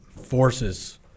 forces